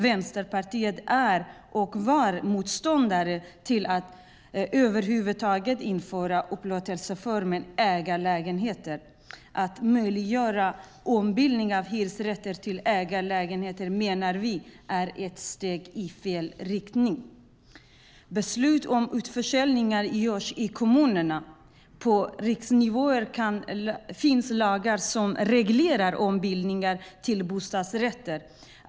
Vänsterpartiet har varit och är motståndare till att över huvud taget införa upplåtelseformen ägarlägenheter. Att möjliggöra ombildning av hyresrätter till ägarlägenheter menar vi är ett steg i fel riktning. Beslut om utförsäljningar görs i kommunerna. På riksnivå finns lagar som reglerar ombildningar till bostadsrätter.